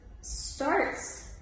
starts